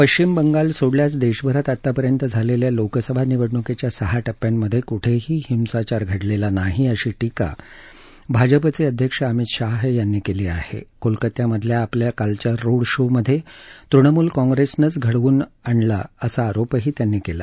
पश्चिम बंगाल सोडल्यास देशभरात आतापर्यंत झालेल्या लोकसभा निवडणुकीच्या सहा टप्प्यांमध्ये कुठेही हिंसाचार घडलेला नाही अशी टीका भाजपाचे अध्यक्ष अमित शहा यांनी केली असून कोलकात्या मधल्या आपल्या कालच्या रोड शो मध्ये तृणमूल काँप्रेसनंच घडवून आणला असा आरोपही त्यांनी केला